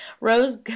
Rose